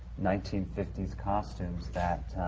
nineteen fifty s costumes that